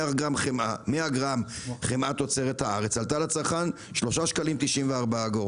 100 גרם חמאה תוצרת הארץ עלתה לצרכן 3.94 שקלים.